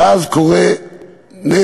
ואז קורה נס: